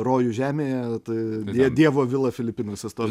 rojų žemėje tai die dievo vila filipinuose stovi